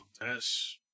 Yes